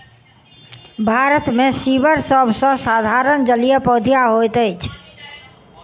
भारत मे सीवर सभ सॅ साधारण जलीय पौधा होइत अछि